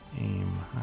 Aim